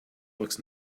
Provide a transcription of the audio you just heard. looks